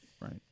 Right